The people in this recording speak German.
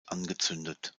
angezündet